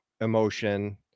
emotion